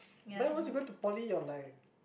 then you went to poly you're like